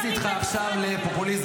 אני לא איכנס איתך עכשיו לפופוליזם,